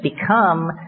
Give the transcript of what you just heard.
become